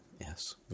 Yes